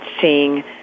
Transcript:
seeing